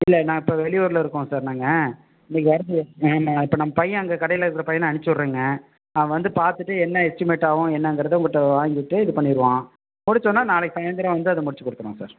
இல்லை நான் இப்போ வெளியூரில் இருக்கோம் சார் நாங்கள் இன்றைக்கி வரது ஆமாம் இப்போ நம்ம பையன் அங்கே கடையில் இருக்கிற பையனை அமுச்சிவிட்றேங்க அவன் வந்து பார்த்துட்டு என்ன எஸ்டிமேட் ஆகும் என்னங்கிறதை உங்ககிட்ட வாங்கிட்டு இது பண்ணிடுவான் முடித்தோன்னே நாளைக்கு சாயந்தரம் வந்து அதை முடித்துக் கொடுத்துருவோம் சார்